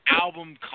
album